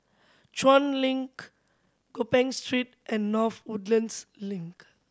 Chuan Link Gopeng Street and North Woodlands Link